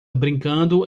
brincando